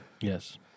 Yes